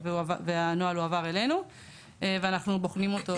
הנוהל הועבר אלינו ואנחנו בוחנים אותו,